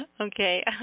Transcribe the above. Okay